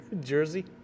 jersey